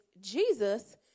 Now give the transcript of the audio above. Jesus